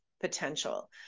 potential